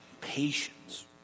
patience